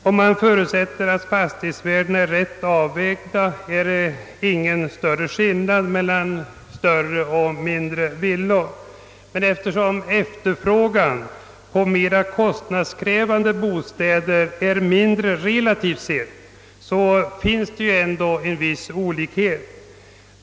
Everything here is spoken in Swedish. Om man förutsätter att fastighetsvärdena är riktigt avvägda blir det ingen större skillnad mellan större och mindre villor. Men eftersom efterfrågan på mera kostnadskrävande bostäder är mindre, relativt sett, så finns det ändå en viss olikhet.